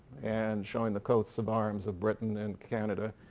and showing the coats of arms of britain and canada,